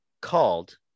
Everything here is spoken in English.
called